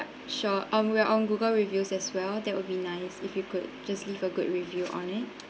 sure um we're on google reviews as well that would be nice if you could just leave a good review on it